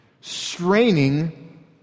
Straining